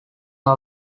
are